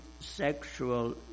sexual